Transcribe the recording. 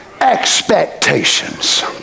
expectations